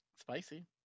Spicy